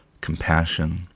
compassion